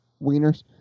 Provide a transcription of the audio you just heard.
wieners